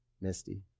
Misty